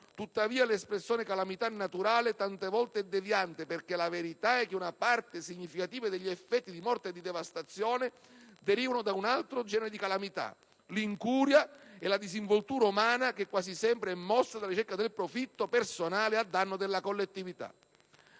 tuttavia, l'espressione «calamità naturale» tante volte è fuorviante, perché la verità è che una parte significativa degli effetti di morte e devastazione derivano da un altro genere di calamità: l'incuria e la disinvoltura umana che quasi sempre è mossa dalla ricerca del profitto personale a danno delle collettività.